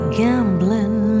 gambling